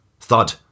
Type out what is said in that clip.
Thud